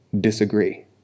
disagree